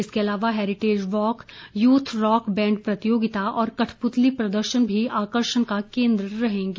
इसके अलावा heritage walk youth rock band प्रतियोगिता और कठपुतली प्रदर्शन भी आकर्षण का केन्द्र रहेंगे